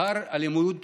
שכר הלימוד